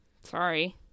sorry